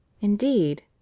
Indeed